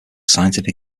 scientific